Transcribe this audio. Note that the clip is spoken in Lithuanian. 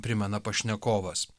primena pašnekovas